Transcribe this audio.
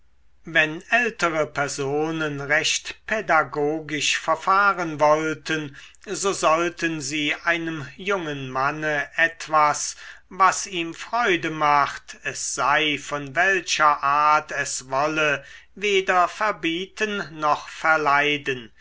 wenn ältere personen recht pädagogisch verfahren wollten so sollten sie einem jungen manne etwas was ihm freude macht es sei von welcher art es wolle weder verbieten noch verleiden